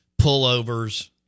pullovers